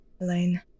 Elaine